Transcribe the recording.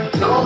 no